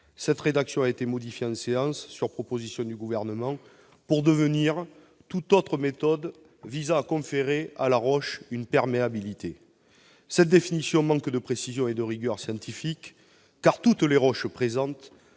Cette rédaction a été modifiée en séance, sur proposition du Gouvernement, pour viser « toute autre méthode ayant pour but de conférer à la roche une perméabilité ». Cette définition manque de précision et de rigueur scientifique, car toutes les roches présentent